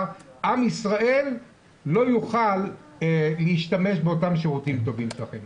עם ישראל לא יוכל להשתמש באותם שירותים טובים שלכם.